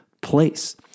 place